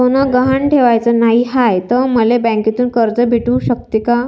सोनं गहान ठेवाच नाही हाय, त मले बँकेतून कर्ज भेटू शकते का?